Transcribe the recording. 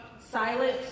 silent